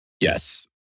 Yes